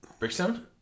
Brickstone